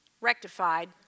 rectified